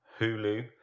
hulu